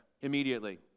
immediately